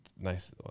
nice